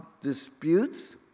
disputes